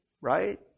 right